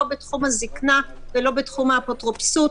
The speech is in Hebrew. לא בתחום הזיקנה ולא בתחום האפוטרופסות